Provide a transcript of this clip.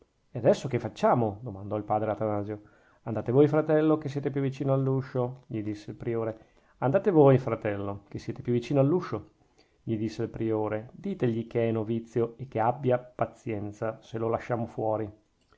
e adesso che facciamo domandò il padre atanasio andate voi fratello che siete più vicino all'uscio gli disse il priore ditegli che è novizio e che abbia pazienza se lo lasciamo fuori